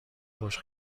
خوش